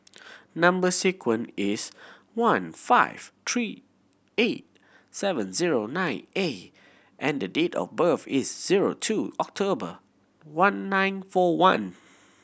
number sequence is one five three eight seven zero nine A and the date of birth is zero two October one nine four one